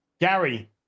Gary